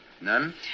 None